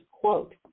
Quote